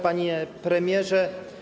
Panie Premierze!